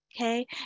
okay